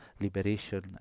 Liberation